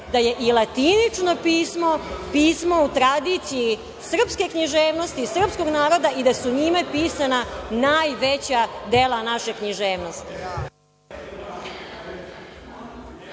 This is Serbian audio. da je i latinično pismo, pismo u tradiciji srpske književnosti i srpskog naroda i da su njima pisana najveća dela naše književnosti.